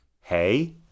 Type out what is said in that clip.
Hey